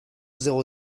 zéro